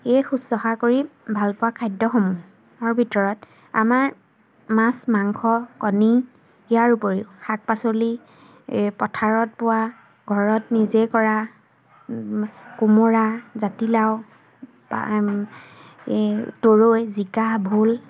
এই শুশ্ৰূষা কৰি ভালপোৱা খাদ্যসমূহৰ ভিতৰত আমাৰ মাছ মাংস কণী ইয়াৰ উপৰিও শাক পাচলি এই পথাৰত পোৱা ঘৰত নিজে কৰা কোমোৰা জাতিলাও এই পূৰৈ জিকা ভোল